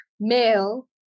male